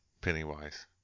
Pennywise